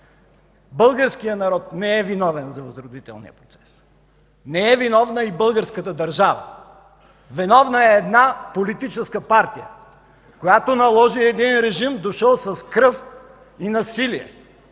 българският народ не е виновен за възродителния процес. Не е виновна и българската държава. Виновна е една политическа партия, която наложи един режим, дошъл с кръв и насилие,